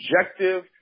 objective